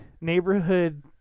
neighborhood –